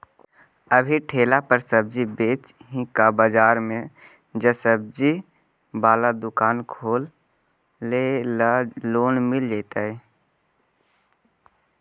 अभी ठेला पर सब्जी बेच ही का बाजार में ज्सबजी बाला दुकान खोले ल लोन मिल जईतै?